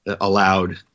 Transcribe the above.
allowed